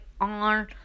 on